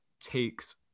takes